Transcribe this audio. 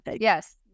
Yes